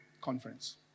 conference